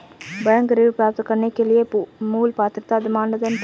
Bank ऋण प्राप्त करने के लिए मूल पात्रता मानदंड क्या हैं?